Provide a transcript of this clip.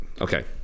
Okay